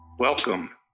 Welcome